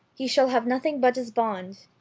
he shall have nothing but his bond.